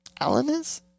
Alanis